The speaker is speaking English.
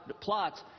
plots